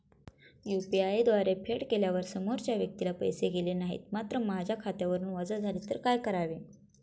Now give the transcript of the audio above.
UPI द्वारे फेड केल्यावर समोरच्या व्यक्तीला पैसे गेले नाहीत मात्र माझ्या खात्यावरून वजा झाले तर काय करावे?